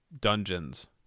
dungeons